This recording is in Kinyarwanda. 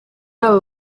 aba